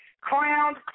Crowned